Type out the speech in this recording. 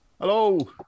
Hello